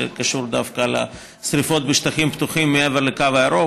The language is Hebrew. שקשור דווקא לשרפות בשטחים פתוחים מעבר לקו הירוק.